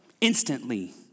Instantly